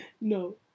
No